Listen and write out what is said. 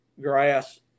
grass